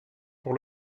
pour